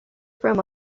from